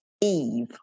Eve